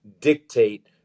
dictate